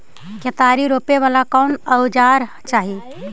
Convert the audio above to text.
केतारी रोपेला कौन औजर चाही?